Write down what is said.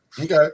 Okay